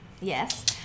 yes